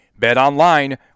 BetOnline